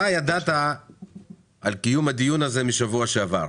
אתה ידעת על קיום הדיון הזה כבר בשבוע שעבר,